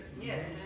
Yes